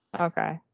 Okay